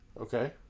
Okay